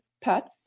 pets